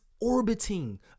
orbiting